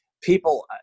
People